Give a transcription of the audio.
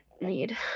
need